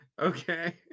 Okay